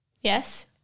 Yes